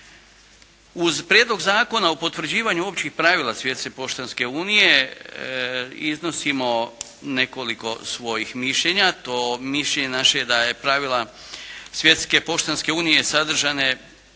Uz Prijedlog zakona o potvrđivanju Općih pravila Svjetske poštanske unije iznosimo nekoliko svojih mišljenja. To mišljenje naše je da pravila Svjetske poštanske unije sadržavaju